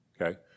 okay